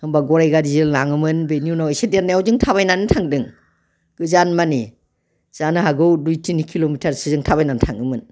होमब्ला गराइ गारिजों लाङोमोन बिनि उनाव जों एसे देरनायाव थाबायनानै थांदों गोजान माने जानो हागौ दुइ तिनि किल'मिटारसो जों थाबायनानै थाङोमोन